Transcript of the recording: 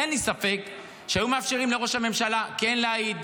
אין לי ספק שהיו מאפשרים לראש הממשלה כן להעיד,